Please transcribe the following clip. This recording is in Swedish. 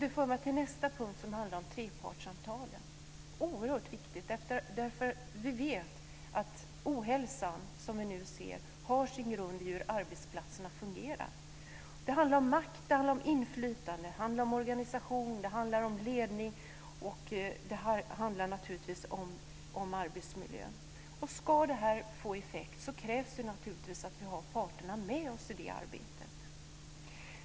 Det för mig till nästa punkt, som handlar om trepartssamtalen. Det är oerhört viktigt, därför att vi vet att den ohälsa som vi nu ser har sin grund i hur arbetsplatserna fungerar. Det handlar om makt, inflytande, organisation, ledning och arbetsmiljö. Ska det här få effekt krävs det naturligtvis att vi har parterna med oss i det arbetet.